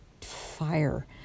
fire